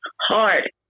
hard